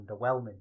underwhelming